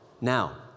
Now